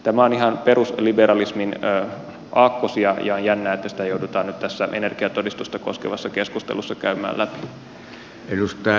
tämä on ihan perusliberalismin aakkosia ja on jännää että sitä joudutaan nyt tässä energiatodistusta koskevassa keskustelussa käymään läpi